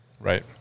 Right